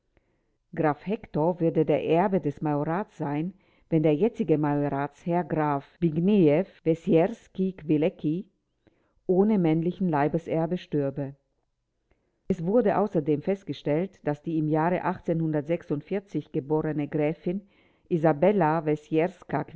graf hektor würde der erbe des majorats sein wenn der jetzige majoratsherr graf zbigniew wesierskie kwilecki ohne männlichen leibeserben stürbe es wurde außerdem festgestellt daß die im jahre geborene gräfin isabella